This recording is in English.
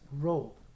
role